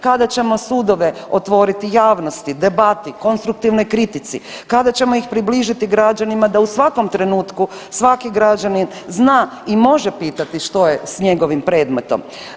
Kada ćemo sudove otvoriti javnosti, debati, konstruktivnoj kritici, kada ćemo ih približiti građanima da u svakom trenutku svaki građanin zna i može pitati što je s njegovim predmetom?